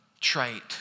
trite